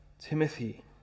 Timothy